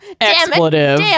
Expletive